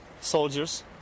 Soldiers